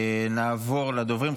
נעבור לדוברים.